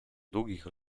długich